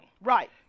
Right